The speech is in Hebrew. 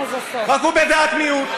רק הוא בדעת מיעוט,